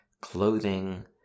clothing